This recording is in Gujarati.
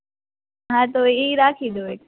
હા તો ઇ રાખી દયો એક